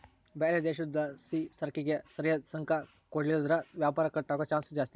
ಬ್ಯಾರೆ ದೇಶುದ್ಲಾಸಿಸರಕಿಗೆ ಸರಿಯಾದ್ ಸುಂಕ ಕೊಡ್ಲಿಲ್ಲುದ್ರ ವ್ಯಾಪಾರ ಕಟ್ ಆಗೋ ಚಾನ್ಸ್ ಜಾಸ್ತಿ